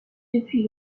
depuis